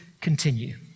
continue